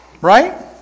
Right